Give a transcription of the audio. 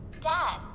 dad